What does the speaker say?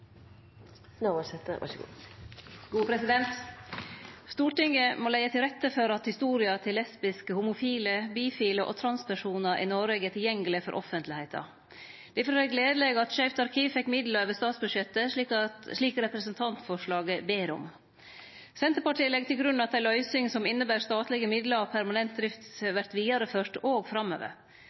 Stortinget må leggje til rette for at historia til lesbiske, homofile, bifile og transpersonar i Noreg er tilgjengeleg for offentlegheita. Difor er det gledeleg at Skeivt arkiv fekk midlar over statsbudsjettet, slik ein ber om i representantforslaget. Senterpartiet legg til grunn at ei løysing som inneber statlege midlar og permanent drift, vert vidareført òg framover.